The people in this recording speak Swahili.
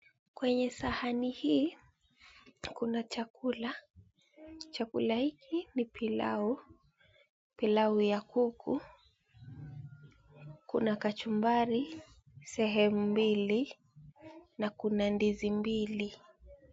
Kwenye sahani hii kuna chakula. Chakula hiki ni pilau. Pilau ya kuku. Kuna kachumbari sehemu mbili na kuna ndizi mbili.